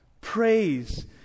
praise